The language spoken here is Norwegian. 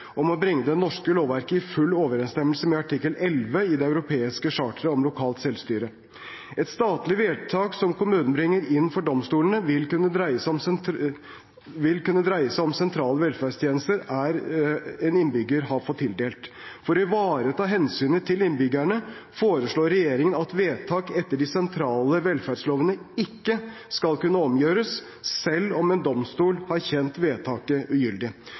om å bringe det norske lovverket i full overenstemmelse med artikkel 11 i det europeiske charteret om lokalt selvstyre. Et statlig vedtak som kommunen bringer inn for domstolene, vil kunne dreie seg om sentrale velferdstjenester en innbygger har fått tildelt. For å ivareta hensynet til innbyggerne foreslår regjeringen at vedtak etter de sentrale velferdslovene ikke skal kunne omgjøres selv om en domstol har kjent vedtaket ugyldig.